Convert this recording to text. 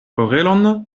orelon